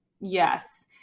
Yes